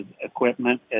equipment